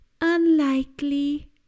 Unlikely